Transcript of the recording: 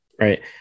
Right